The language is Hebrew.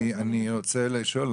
אני רוצה לשאול,